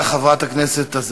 חברי חברי הכנסת.